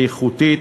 איכותית,